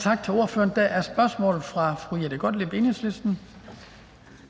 Tak til ordføreren. Der er spørgsmål fra fru Jette Gottlieb, Enhedslisten.